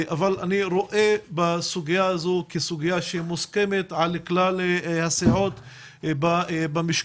אבל אני רואה בסוגיה הזו כסוגיה שמוסכמת על כלל הסיעות במשכן.